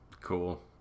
Cool